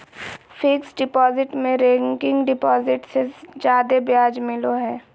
fixed deposit में recurring deposit से जादे ब्याज मिलो हय